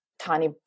Tiny